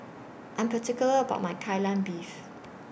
I Am particular about My Kai Lan Beef